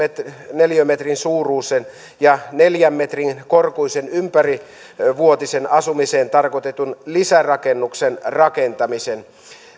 neliömetrin suuruisen ja neljän metrin korkuisen ympärivuotiseen asumiseen tarkoitetun lisärakennuksen rakentamisen